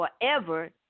forever